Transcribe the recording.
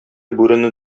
бүрене